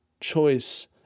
choice